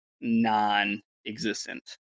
non-existent